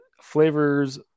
flavors